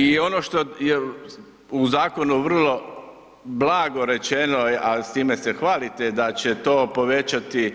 I ono što je u zakonu vrlo blago rečeno, a s time se hvalite da će to povećati